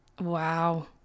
Wow